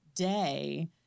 day